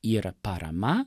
ir parama